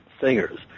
singers